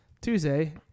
Tuesday